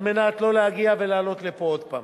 כדי לא להגיע ולעלות לכאן עוד פעם,